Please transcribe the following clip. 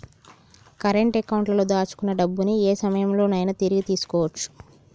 current అకౌంట్లో దాచుకున్న డబ్బుని యే సమయంలోనైనా తిరిగి తీసుకోవచ్చు